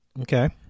Okay